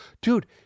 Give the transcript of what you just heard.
Dude